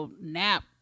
nap